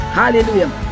hallelujah